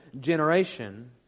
generation